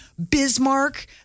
bismarck